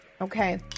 okay